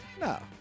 No